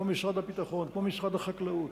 כמו משרד הביטחון וכמו משרד החקלאות,